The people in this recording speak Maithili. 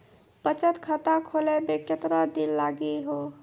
बचत खाता खोले मे केतना दिन लागि हो?